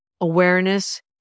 Awareness